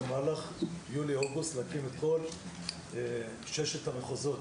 במהלך יולי-אוגוסט להקים את כל ששת המחוזות,